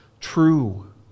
true